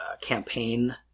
campaign